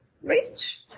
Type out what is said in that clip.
Rich